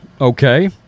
Okay